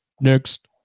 next